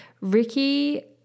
Ricky